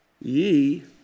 ye